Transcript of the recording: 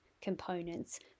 components